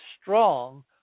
strong